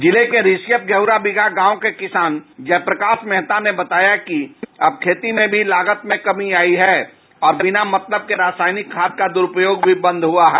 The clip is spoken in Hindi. जिले के रिसियप घेवरा बीघा गांव के किसान जयप्रकाश मेहता ने बताया कि अब खेती में भी लागत में कमी आयी है और बिना मतलब के रासायनिक खाद का दुरुपयोग भी बंद हुआ है